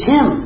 Tim